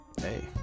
hey